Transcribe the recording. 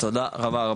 תודה רבה,